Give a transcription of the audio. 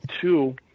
two